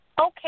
Okay